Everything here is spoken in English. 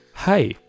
Hi